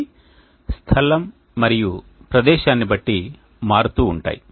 ఇవి స్థలం మరియు ప్రదేశాన్ని బట్టి మారుతూ ఉంటాయి